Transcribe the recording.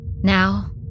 Now